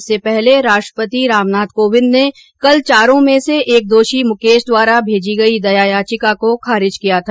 इससे पहले राष्ट्रपति रामनाथ कोविंद ने कल चारों में से एक दोषी मुकेश द्वारा भेजी गयी दया याचिका को खारिज किया था